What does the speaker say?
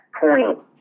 point